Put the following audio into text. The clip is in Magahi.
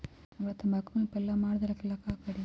हमरा तंबाकू में पल्ला मार देलक ये ला का करी?